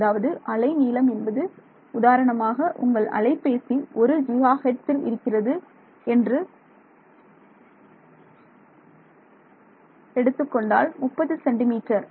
அதாவது அலைநீளம் என்பது உதாரணமாக உங்கள் அலைபேசி ஒரு ஜிகாஹெர்ட்ஸ் இல் இருக்கிறது என்று எடுத்துக் கொண்டால் 30 சென்டிமீட்டர்